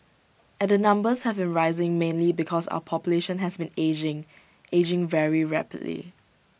and the numbers have been rising mainly because our population has been ageing ageing very rapidly